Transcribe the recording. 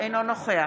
אינו נוכח